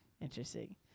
Interesting